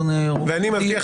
אדוני היושב-ראש --- שנייה,